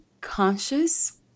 conscious